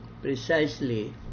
precisely